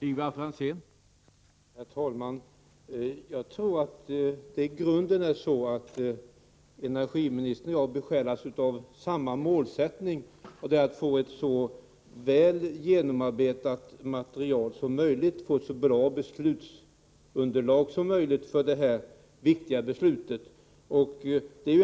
Herr talman! Jag tror att energiministern och jag i grunden besjälas av samma målsättning, nämligen att få ett så väl genomarbetat material som möjligt och ett så bra underlag som möjligt för detta viktiga beslut.